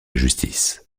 justice